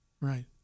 Right